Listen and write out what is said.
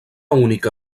única